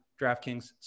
DraftKings